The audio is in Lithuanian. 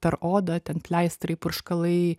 per odą ten pleistrai purškalai